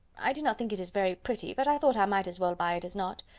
i do not think it is very pretty but i thought i might as well buy it as not.